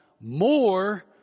more